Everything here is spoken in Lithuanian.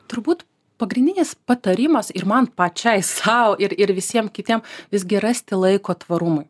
turbūt pagrindinis patarimas ir man pačiai sau ir ir visiem kitiem visgi rasti laiko tvarumui